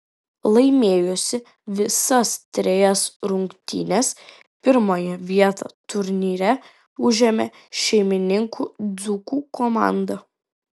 laimėjusi visas trejas rungtynes pirmąją vietą turnyre užėmė šeimininkų dzūkų komanda